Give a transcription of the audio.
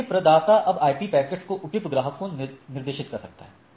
इसलिए प्रदाता अब IP पैकेट्स को उपयुक्त ग्राहक को निर्देशित कर सकता है